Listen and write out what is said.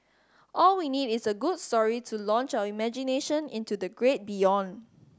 all we need is a good story to launch our imagination into the great beyond